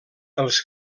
els